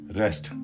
rest